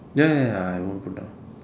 ya ya ya I won't put down